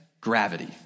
Gravity